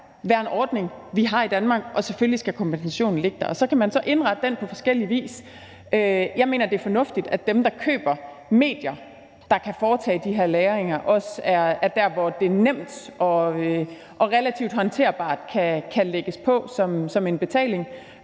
det her være en ordning, vi har i Danmark, og selvfølgelig skal kompensationen ligge der, og så kan man så indrette den på forskellig vis. Jeg mener, at det er fornuftigt, at det ved dem, der køber medier, der kan foretage de her lagringer, også er der, hvor det nemt og relativt håndterbart kan lægges på som en betaling,